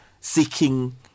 seeking